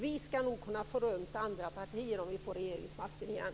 Vi skall nog kunna få med oss andra partier om vi får regeringsmakten igen.